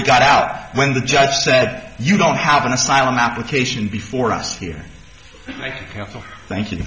y got out when the judge said you don't have an asylum application before us here i counsel thank you